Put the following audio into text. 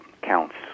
counts